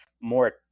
more